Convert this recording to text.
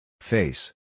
Face